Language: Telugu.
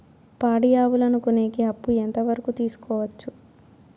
పాడి ఆవులని కొనేకి అప్పు ఎంత వరకు తీసుకోవచ్చు?